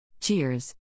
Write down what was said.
Cheers